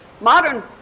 Modern